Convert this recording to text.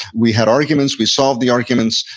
we had arguments, we solved the arguments.